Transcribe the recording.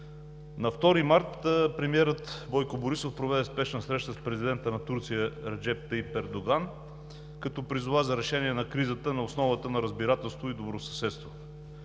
На 2 март премиерът Бойко Борисов проведе спешна среща с президента на Турция Реджеп Таип Ердоган, като призова за решение на кризата на основата на разбирателство и добросъседство.